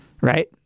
right